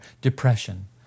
depression